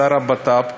השר לביטחון פנים,